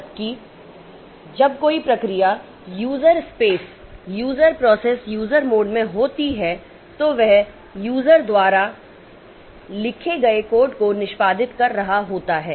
जबकि जब कोई प्रक्रिया user space user process user mode में होती है तो वह यूजर द्वारा लिखे गए कोड को निष्पादित कर रहा होता है